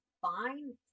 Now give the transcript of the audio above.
fine